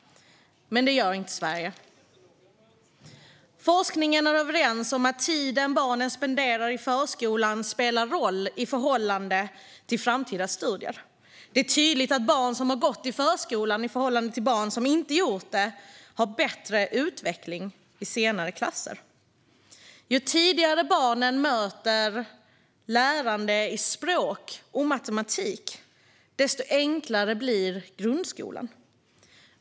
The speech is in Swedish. Men det gör inte Sverige. Forskningen är överens om att den tid barnen tillbringar i förskolan spelar roll i förhållande till framtida studier. Det är tydligt att barn som har gått i förskolan har bättre utveckling i senare årskurser i förhållande till barn som inte har gått i förskolan. Ju tidigare barnen möter lärande i språk och matematik, desto enklare blir grundskolan.